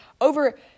over